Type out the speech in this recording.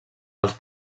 els